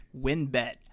WinBet